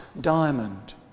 diamond